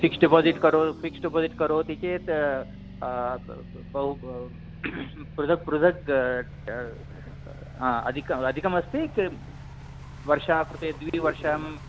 fixed deposit fixed deposit करोति चेत् बहु पृथक् पृथक् ह अधिकम् अधिकमस्ति वर्षाकृते द्विवर्षम्